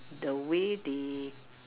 the way they